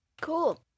Cool